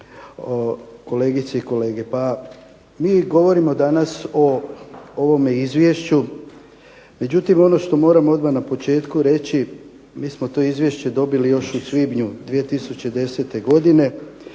kolegice i kolege. Pa mi govorimo danas o ovome izvješću, međutim ono što moram odmah na početku reći mi smo to izvješće dobili još u svibnju 2010. godine.